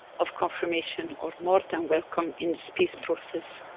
of confirmation are more than welcome, in this peace process.